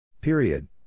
Period